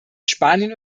spanien